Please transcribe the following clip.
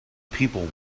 people